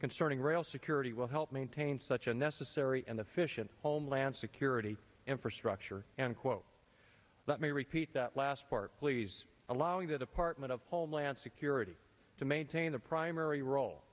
concerning rail security will help maintain such a necessary and efficient homeland security infrastructure and quote let me repeat that last part please allowing the department of homeland security to maintain the primary role